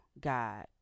God